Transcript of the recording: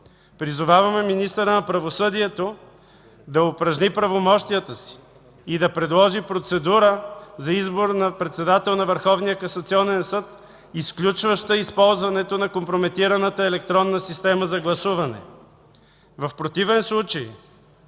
Призоваваме министъра на правосъдието да упражни правомощията си и да предложи процедура за избор на председател на Върховния касационен съд, изключваща използването на компрометираната електронна система за гласуване. В противен случай